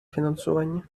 фінансування